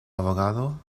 abogado